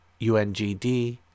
UNGD